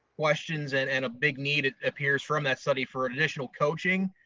questions and and a big need it appears from that study for additional coaching,